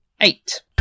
eight